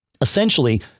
Essentially